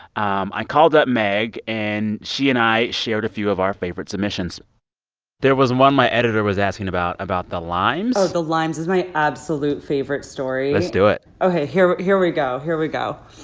um i called up meg, and she and i shared a few of our favorite submissions there was one my editor was asking about about the limes oh, the limes is my absolute favorite story let's do it ok. here here we go. here we go